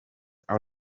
are